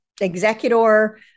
executor